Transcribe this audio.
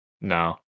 No